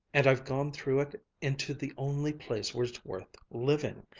and i've gone through it into the only place where it's worth living.